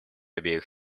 обеих